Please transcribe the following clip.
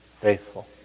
faithful